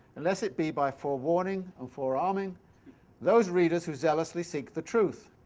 unless it be by forewarning and forearming those readers who zealously seek the truth.